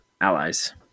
allies